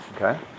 Okay